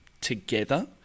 together